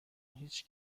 هیچ